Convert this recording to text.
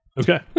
okay